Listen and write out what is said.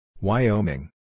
Wyoming